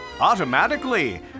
automatically